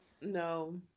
No